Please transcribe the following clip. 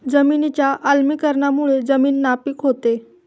जमिनीच्या आम्लीकरणामुळे जमीन नापीक होते